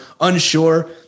unsure